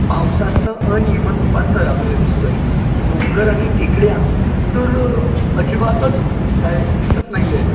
पावसाचं अनियमित रुपांतर आपल्याला दिसत आहे डोंगर आणि टेकड्या तर अजिबातच दिसाय दिसत नाही आहेत